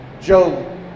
Joe